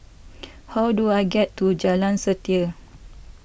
how do I get to Jalan Setia